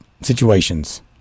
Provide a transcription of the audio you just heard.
situations